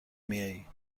میائی